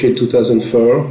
2004